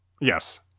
Yes